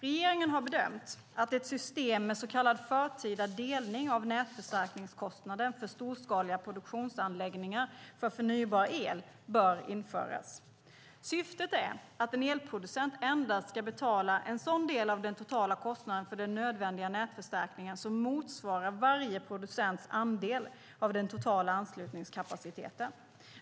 Regeringen har bedömt att ett system med så kallad förtida delning av nätförstärkningskostnaden för storskaliga produktionsanläggningar för förnybar el bör införas. Syftet är att en elproducent endast ska betala en sådan del av den totala kostnaden för den nödvändiga nätförstärkningen som motsvarar varje producents andel av den totala anslutningskapaciteten.